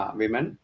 women